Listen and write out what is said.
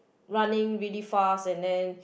running really fast and then